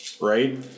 right